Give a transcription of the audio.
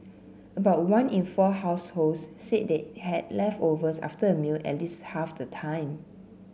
about one in four households said they had leftovers after a meal at least half the time